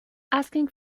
asking